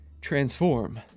transform